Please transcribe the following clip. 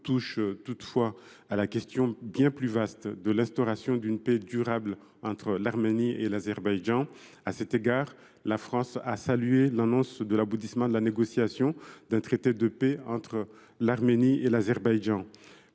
touchent toutefois à la question bien plus vaste de l’instauration d’une paix durable entre l’Arménie et l’Azerbaïdjan. À cet égard, la France a salué l’annonce de l’aboutissement de la négociation d’un traité de paix entre l’Arménie et l’Azerbaïdjan.